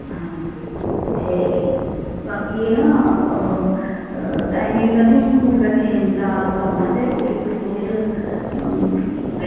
हां ते बाकी एह् न ओह् टाइमिंग दा बी हून स्कूला दा चेंज दा करना ते ओह् तुस दस्सी फिर